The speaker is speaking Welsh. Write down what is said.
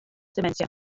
dementia